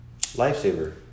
lifesaver